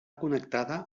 connectada